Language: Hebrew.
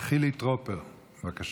חילי טרופר, בבקשה.